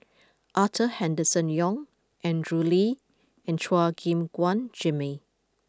Arthur Henderson Young Andrew Lee and Chua Gim Guan Jimmy